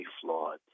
flawed